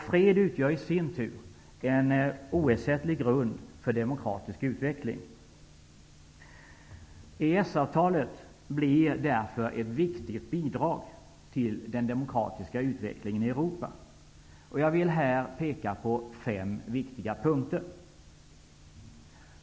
Fred utgör i sin tur en oersättlig grund för demokratisk utveckling. EES-avtalet blir därför ett viktigt bidrag till den demokratiska utvecklingen i Europa, och jag vill peka på fem viktiga punkter.